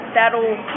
that'll